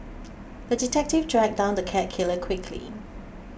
the detective tracked down the cat killer quickly